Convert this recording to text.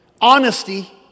Honesty